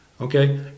okay